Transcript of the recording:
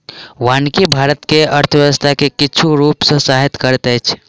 वानिकी भारत के अर्थव्यवस्था के किछ रूप सॅ सहायता करैत अछि